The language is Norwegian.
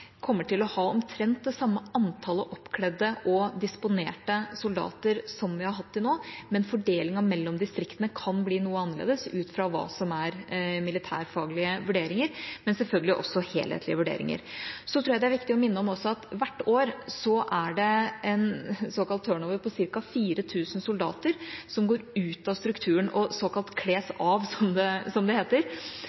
kommer til å ha omtrent det samme antallet oppkledde og disponerte soldater som vi har hatt til nå. Fordelingen mellom distriktene kan bli noe annerledes ut fra militærfaglige vurderinger, men selvfølgelig også ut fra helhetlige vurderinger. For det andre tror jeg det er viktig å minne om at hvert år er det en såkalt turnover på ca. 4 000 soldater som går ut av strukturen og – som det heter – kles